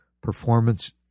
performance